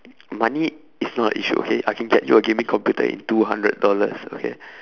money is not an issue okay I can get you a gaming computer in two hundred dollars okay